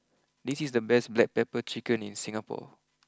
this is the best Black Pepper Chicken in Singapore